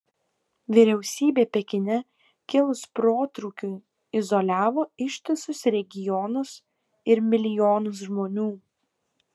vyriausybė pekine kilus protrūkiui izoliavo ištisus regionus ir milijonus žmonių